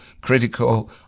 critical